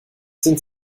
sind